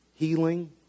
Healing